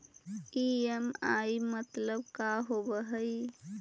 EMI मतलब का होब हइ?